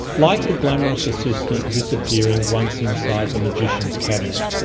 like the glamorous assistant disappearing once inside the magician's cabinet,